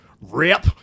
Rip